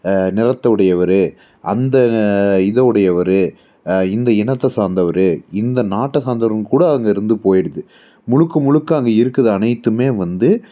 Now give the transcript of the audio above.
நிறத்தை உடையவர் அந்த ந இதை உடையவர் இந்த இனத்தை சார்ந்தவரு இந்த நாட்டை சார்ந்தவருன்னு கூட அங்கே இருந்து போயிடுது முழுக்க முழுக்க அங்கே இருக்குது அனைத்துமே வந்து